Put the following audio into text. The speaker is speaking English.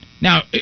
Now